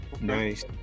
Nice